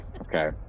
Okay